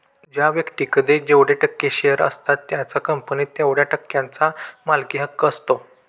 ज्या व्यक्तीकडे जेवढे टक्के शेअर असतात त्याचा कंपनीत तेवढया टक्क्यांचा मालकी हक्क असतो